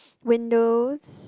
windows